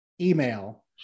email